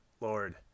Lord